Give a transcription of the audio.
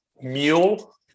mule